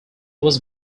was